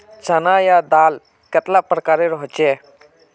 चना या दाल कतेला प्रकारेर होचे?